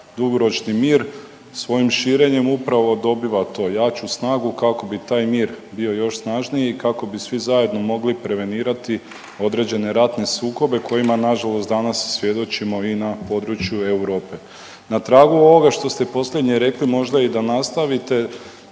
dugoročni mir, svojim širenjem upravo dobiva to, jaču snagu kako bi taj mir bio još snažniji i kako bi svi zajedno mogli prevenirati određene ratne sukobe kojima nažalost danas svjedočimo i na području Europe. Na tragu ovoga što ste posljednje rekli možda i da nastavite